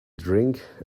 drink